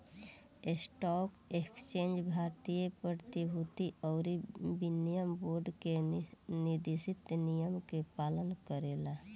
stock exchange भारतीय प्रतिभूति अउरी विनिमय बोर्ड के निर्देशित नियम के पालन करेला